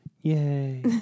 Yay